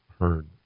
heard